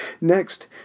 Next